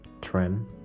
trend